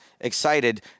excited